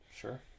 Sure